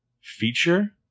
feature